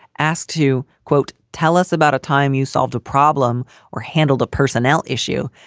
asked to, quote, tell us about a time you solved a problem or handled a personnel issue.